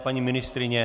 Paní ministryně?